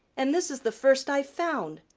and this is the first i've found.